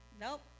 nope